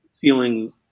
feeling